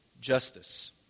justice